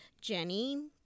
Jenny